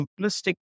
simplistic